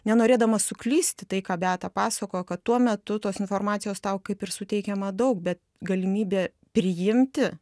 nenorėdama suklysti tai ką beata pasakojo kad tuo metu tos informacijos tau kaip ir suteikiama daug bet galimybė priimti